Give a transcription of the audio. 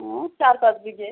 ও চার পাঁচ বিঘে